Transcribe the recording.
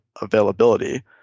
availability